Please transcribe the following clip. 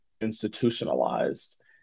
institutionalized